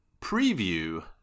preview